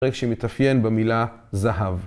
פרק שמתאפיין במילה זהב.